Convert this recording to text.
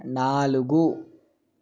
నాలుగు